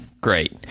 Great